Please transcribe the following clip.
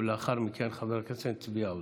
ולאחר מכן, חבר הכנסת צבי האוזר.